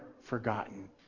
forgotten